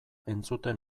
entzuten